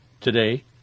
today